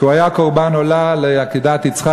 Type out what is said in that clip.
כי הוא היה קורבן עולה בעקדת יצחק,